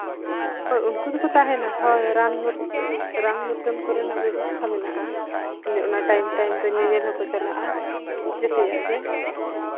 ᱦᱳᱭ ᱩᱱᱠᱩ ᱫᱚᱠᱚ ᱛᱟᱦᱮᱱᱟ ᱦᱳᱭ ᱨᱟᱱ ᱢᱩᱨᱜᱟᱹᱱ ᱨᱟᱱ ᱢᱩᱨᱜᱟᱹᱱ ᱠᱚᱨᱮᱱᱟᱜ ᱵᱮᱵᱚᱥᱛᱷᱟ ᱢᱮᱱᱟᱜᱼᱟ ᱦᱳᱭ ᱚᱱᱟ ᱴᱟᱭᱤᱢ ᱴᱟᱭᱤᱢ ᱨᱮ ᱧᱮᱧᱮᱞ ᱦᱚᱸᱠᱚ ᱪᱟᱞᱟᱜᱼᱟ ᱡᱮᱛᱮᱭᱟᱜ ᱜᱮ